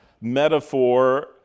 metaphor